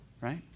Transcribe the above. right